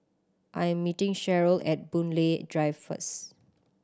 I am meeting Cheryl at Boon Lay Drive first